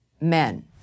men